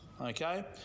Okay